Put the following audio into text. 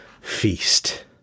feast